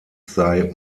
sei